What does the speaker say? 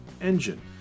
Engine